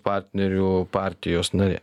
partnerių partijos narė